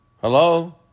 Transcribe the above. Hello